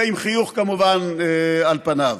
עם חיוך, כמובן, על פניו.